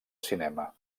cinema